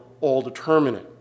all-determining